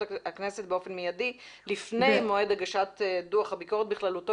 הכנסת באופן מיידי לפני מועד הגשת דוח הביקורת בכללותו?